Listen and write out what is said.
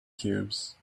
cubes